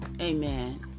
Amen